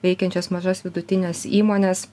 veikiančias mažas vidutines įmones